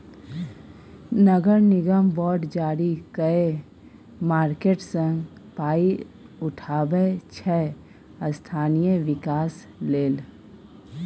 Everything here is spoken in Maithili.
नगर निगम बॉड जारी कए मार्केट सँ पाइ उठाबै छै स्थानीय बिकास लेल